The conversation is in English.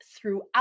throughout